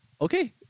Okay